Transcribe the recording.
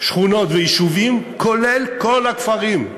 שכונות ויישובים, כולל כל הכפרים.